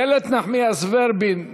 איילת נחמיאס ורבין,